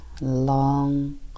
long